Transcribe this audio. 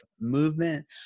Movement